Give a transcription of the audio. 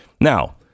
Now